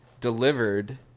delivered